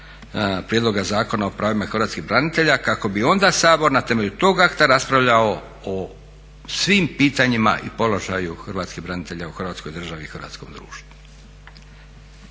prijedloga Zakona o pravima hrvatskih branitelja kako bi onda Sabor na temelju tog akta raspravljao o svim pitanjima i položaju hrvatskih branitelja u Hrvatskoj državi i hrvatskom društvu.